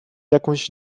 jakąś